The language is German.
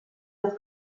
des